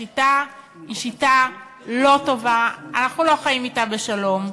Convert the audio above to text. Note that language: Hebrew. השיטה היא שיטה לא טובה, אנחנו לא חיים אתה בשלום,